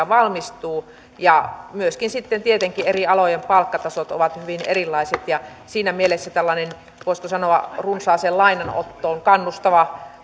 valmistuu ja tietenkin myöskin eri alojen palkkatasot ovat hyvin erilaiset ja siinä mielessä tällainen voisiko sanoa runsaaseen lainanottoon kannustava